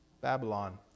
Babylon